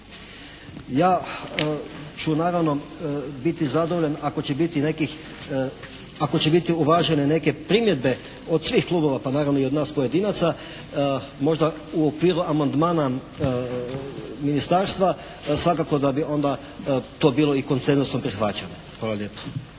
Ja ću naravno biti zadovoljan ako će biti uvažene neke primjedbe od svih klubova, pa naravno i od nas pojedinaca. Možda u okviru amandmana ministarstva. Svakako da bi onda to bilo i konsenzusom prihvaćeno. Hvala lijepa.